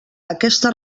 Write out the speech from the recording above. aquesta